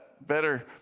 better